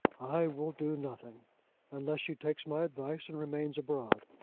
i will do nothing unless she takes my advice and remains abroad.